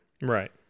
Right